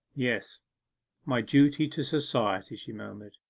yes my duty to society she murmured.